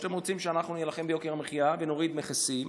או שאתם רוצים שאנחנו נילחם ביוקר המחיה ונוריד מכסים,